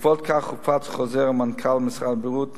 בעקבות כך הופץ חוזר מנכ"ל משרד הבריאות מס'